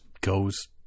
goes